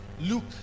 luke